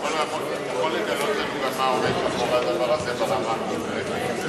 אתה יכול לגלות לנו מה עומד מאחורי הדבר הזה ברמה הקונקרטית?